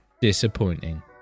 Disappointing